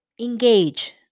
engage